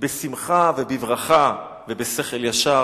בשמחה ובברכה ובשכל ישר